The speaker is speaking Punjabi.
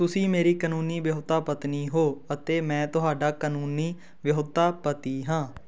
ਤੁਸੀਂ ਮੇਰੀ ਕਾਨੂੰਨੀ ਵਿਆਹੁਤਾ ਪਤਨੀ ਹੋ ਅਤੇ ਮੈਂ ਤੁਹਾਡਾ ਕਾਨੂੰਨੀ ਵਿਆਹੁਤਾ ਪਤੀ ਹਾਂ